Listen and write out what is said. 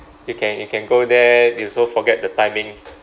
you can you can go there you also forget the timing